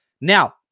Now